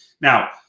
Now